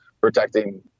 protecting